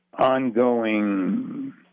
ongoing